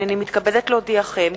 הנני מתכבדת להודיעכם,